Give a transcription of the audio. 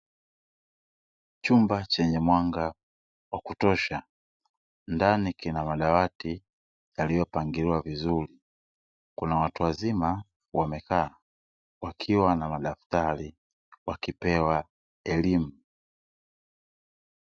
Chumba chenye mwanga wa kutosha ndani kina madawati yaliyopangiliwa vizuri kuna watu wazima wamekaa wakiwa na madaftari wakipewa elimu.